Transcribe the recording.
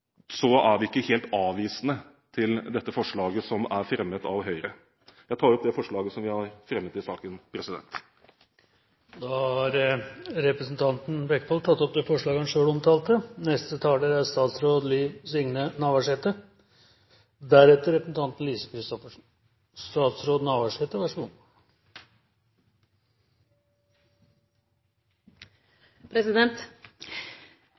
er vi ikke helt avvisende til dette forslaget, fremmet av Høyre. Jeg tar opp det forslaget Kristelig Folkeparti har fremmet i saken. Representanten Geir Jørgen Bekkevold har tatt opp det forslaget han refererte til. Det er rett som fleire har sagt frå talarstolen, at det er